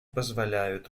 позволяют